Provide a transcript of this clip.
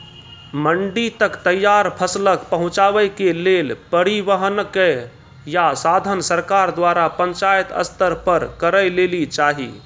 मंडी तक तैयार फसलक पहुँचावे के लेल परिवहनक या साधन सरकार द्वारा पंचायत स्तर पर करै लेली चाही?